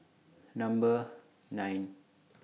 Number nine